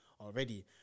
already